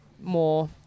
more